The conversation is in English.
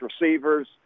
receivers